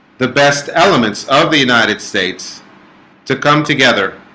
the best elements of the united states to come together